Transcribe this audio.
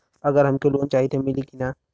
अगर हमके लोन चाही त मिली की ना?